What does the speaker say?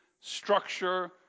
structure